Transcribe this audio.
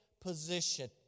position